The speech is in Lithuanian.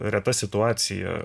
reta situacija